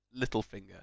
Littlefinger